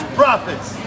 profits